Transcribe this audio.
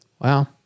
Wow